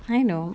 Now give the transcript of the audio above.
I know